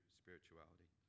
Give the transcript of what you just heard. spirituality